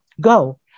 go